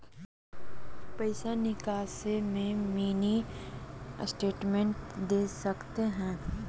पैसा निकासी में मिनी स्टेटमेंट दे सकते हैं?